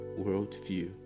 worldview